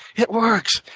it works,